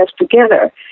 together